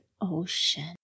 ocean